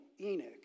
Enoch